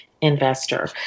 investor